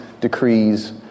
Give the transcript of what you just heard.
decrees